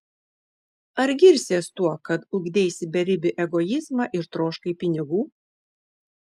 ar girsies tuo kad ugdeisi beribį egoizmą ir troškai pinigų